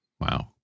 Wow